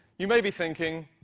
you may be thinking,